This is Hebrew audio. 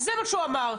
זה מה שהוא אמר,